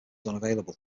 unavailable